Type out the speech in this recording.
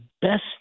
best